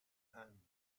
hand